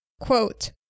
quote